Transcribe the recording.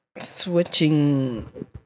switching